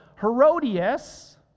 Herodias